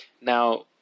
Now